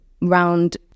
round